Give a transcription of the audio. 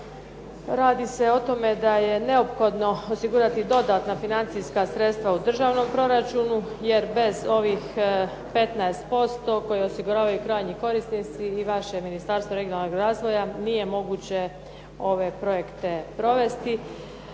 Radi se o tome da je neophodno osigurati dodatna financijska sredstva u državnom proračunu, jer bez ovih 15% koje osiguravaju krajnji korisnici i vaše Ministarstvo regionalnog razvoja nije moguće ove projekte provesti.